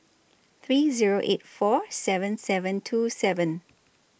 three Zero eight four seven seven two seven